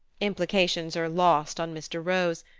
implications are lost on mr. rose,